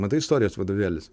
matai istorijos vadovėlis